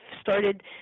started